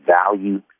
value